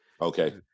okay